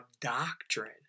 doctrine